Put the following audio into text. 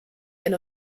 and